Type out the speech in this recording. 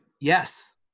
Yes